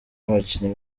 n’abakiliya